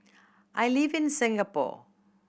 I live in Singapore